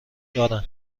دارند